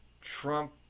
Trump